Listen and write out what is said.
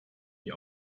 die